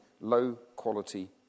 low-quality